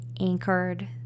anchored